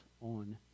on